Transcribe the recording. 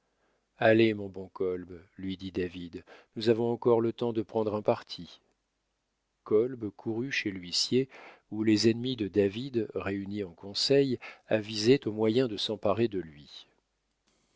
allez mon bon kolb lui dit david nous avons encore le temps de prendre un parti kolb courut chez l'huissier où les ennemis de david réunis en conseil avisaient aux moyens de s'emparer de lui